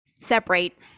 Separate